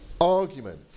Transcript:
arguments